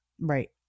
right